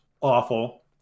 awful